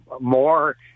more